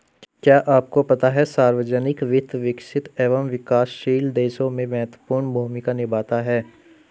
क्या आपको पता है सार्वजनिक वित्त, विकसित एवं विकासशील देशों में महत्वपूर्ण भूमिका निभाता है?